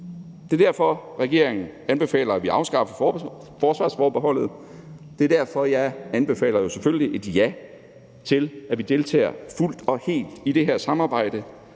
Det er derfor, regeringen anbefaler, at vi afskaffer forsvarsforbeholdet. Det er derfor, jeg selvfølgelig anbefaler et ja til, at vi deltager fuldt og helt i det her samarbejde.